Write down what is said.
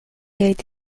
eight